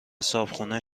صاحبخونه